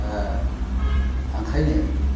ओह आंखायनो